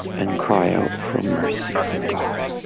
and cry out for mercy from god.